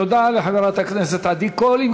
תודה לחברת הכנסת עדי קול.